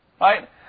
right